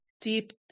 deep